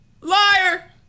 liar